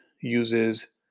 uses